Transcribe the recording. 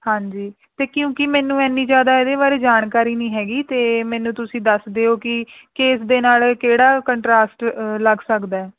ਹਾਂਜੀ ਅਤੇ ਕਿਉਂਕਿ ਮੈਨੂੰ ਐਨੀ ਜ਼ਿਆਦਾ ਇਹਦੇ ਬਾਰੇ ਜਾਣਕਾਰੀ ਨਹੀਂ ਹੈਗੀ ਅਤੇ ਮੈਨੂੰ ਤੁਸੀਂ ਦੱਸ ਦਿਓ ਕਿ ਕੀ ਇਸ ਦੇ ਨਾਲ ਕਿਹੜਾ ਕੰਟਰਾਸਟ ਲੱਗ ਸਕਦਾ ਹੈ